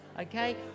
Okay